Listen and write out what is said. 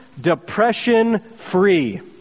depression-free